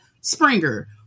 Springer